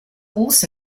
also